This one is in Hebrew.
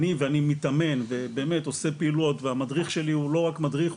אני ואני מתאמן ובאמת עושה פעילויות והמדריך שלי הוא לא רק מדריך,